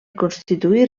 constituir